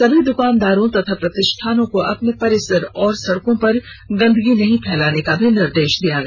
सभी दुकानदारों तथा प्रतिष्ठानों को ैअपने परिसर तथा सड़कों पर गंदगी नहीं फेलाने को भी निर्देश दिया गया